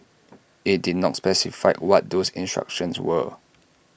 IT did not specify what those instructions were